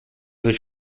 was